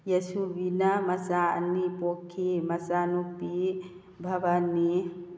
ꯌꯦꯁꯨꯕꯤꯅ ꯃꯆꯥ ꯑꯅꯤ ꯄꯣꯛꯈꯤ ꯃꯆꯥꯅꯨꯄꯤ ꯚꯕꯥꯅꯤ